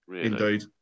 Indeed